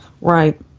right